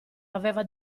aveva